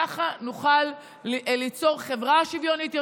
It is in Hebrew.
ככה נוכל ליצור חברה שוויונית יותר,